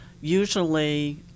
Usually